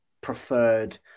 preferred